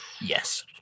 Yes